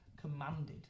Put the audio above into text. commanded